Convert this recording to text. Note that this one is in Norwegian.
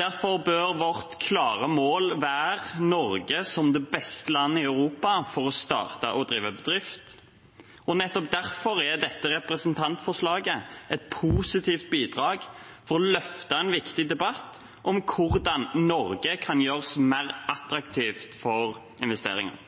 Derfor bør vårt klare mål være Norge som det beste landet i Europa for å starte og drive bedrift. Nettopp derfor er dette representantforslaget et positivt bidrag for å løfte en viktig debatt om hvordan Norge kan gjøres mer attraktivt for investeringer.